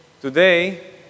today